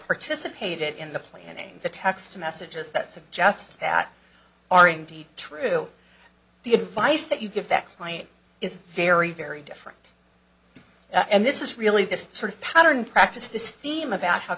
participated in the play and the text messages that suggest that are indeed true the advice that you give that client is very very different and this is really this sort of pattern practiced this theme about how